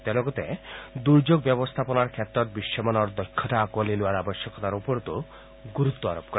তেওঁ লগতে দুৰ্যোগ ব্যৱস্থাপনাৰ ক্ষেত্ৰত বিশ্বমানৰ দক্ষতা আকোঁৱালি লোৱাৰ আৱশ্যকতাৰ ওপৰতো গুৰুত্ব আৰোপ কৰে